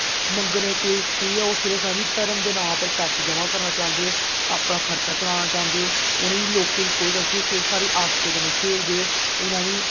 मंगने दा केह् ऐ ओह् सिर्फ हैनी धर्म दो नांऽ उप्पर पैसे ज'मां करना चांह्दे अपना खर्चा चलाना चांह्दे उ'नेंई लोकें कोई गल्ती ओह् सिर्फ साढ़ी आस्थें कन्नै खेलदे हून जानि